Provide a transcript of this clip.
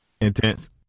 Intense